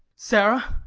sarah,